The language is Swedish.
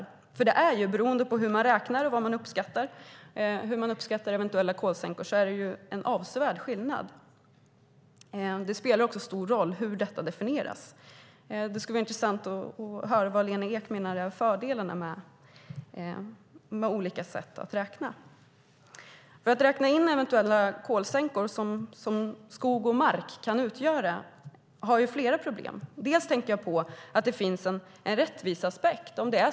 Det blir en avsevärd skillnad beroende på hur man räknar och hur man uppskattar eventuella kolsänkor. Det spelar också stor roll hur detta definieras. Det skulle vara intressant att höra vilka fördelar Lena Ek menar finns med olika sätt att räkna. Att räkna in de eventuella kolsänkor som skog och mark kan utgöra innebär flera problem. Det finns en rättviseaspekt.